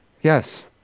yes